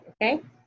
Okay